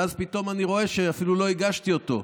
ואז אני פתאום אני רואה שאפילו לא הגשתי אותו.